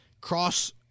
Cross